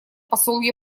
посол